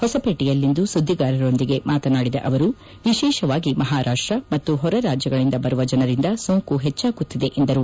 ಹೊಸಪೇಟೆಯಲ್ಲಿಂದು ಸುದ್ದಿಗಾರರೊಂದಿಗೆ ಮಾತನಾಡಿದ ಅವರು ವಿಶೇಷವಾಗಿ ಮಹಾರಾಷ್ಟ ಮತ್ತು ಹೊರ ರಾಜ್ಯಗಳಿಂದ ಬರುವ ಜನರಿಂದ ಸೋಂಕು ಹೆಚ್ಚಾಗುತ್ತಿದೆ ಎಂದರು